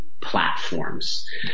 platforms